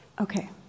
Okay